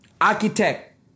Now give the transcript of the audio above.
Architect